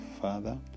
Father